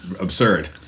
absurd